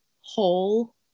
whole